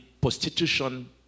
prostitution